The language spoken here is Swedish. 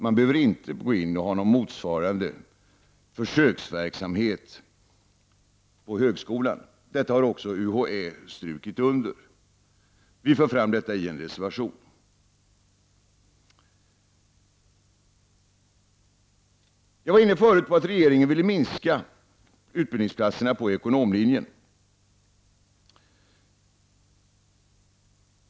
Man behöver inte ha någon motsvarande försöksverksamhet på högskolan. Detta har också UHÄ understrukit. Vi för fram det i reservation 5 till betänkande UbU19. Jag var förut inne på att regeringen ville minska antalet utbildningsplatser på ekonomilinjen.